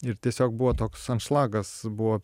ir tiesiog buvo toks anšlagas buvo